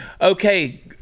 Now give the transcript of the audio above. okay